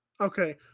Okay